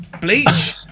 Bleach